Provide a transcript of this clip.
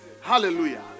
Hallelujah